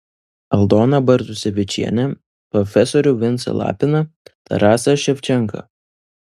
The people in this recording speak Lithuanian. aldoną bartusevičienę profesorių vincą lapiną tarasą ševčenką